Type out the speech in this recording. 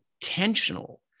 intentional